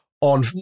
on